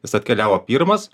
jis atkeliavo pirmas